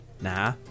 Nah